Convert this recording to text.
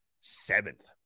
seventh